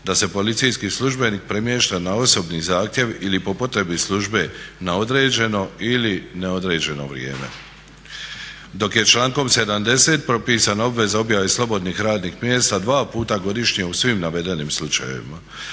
da se policijski službenik premješta na osobni zahtjev ili po potrebi službe na određeno ili neodređeno vrijeme, dok je člankom 70. propisana obveza objave slobodnih radnih mjesta dva puta godišnje u svim navedenim slučajevima.